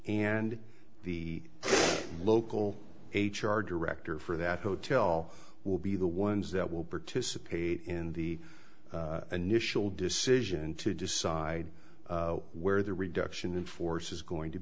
and the local h r director for that hotel will be the ones that will participate in the initial decision to decide where the reduction in force is going to